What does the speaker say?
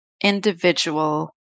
individual